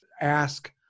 ask